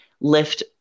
lift